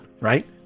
right